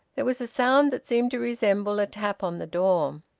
there was a sound that seemed to resemble a tap on the door.